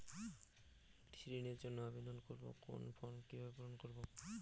কৃষি ঋণের জন্য আবেদন করব কোন ফর্ম কিভাবে পূরণ করব?